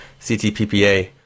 CTPPA